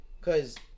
Cause